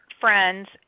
friends